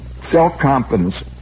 Self-confidence